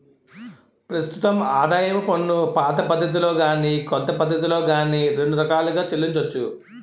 ప్రస్తుతం ఆదాయపు పన్నుపాత పద్ధతిలో గాని కొత్త పద్ధతిలో గాని రెండు రకాలుగా చెల్లించొచ్చు